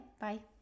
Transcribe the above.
bye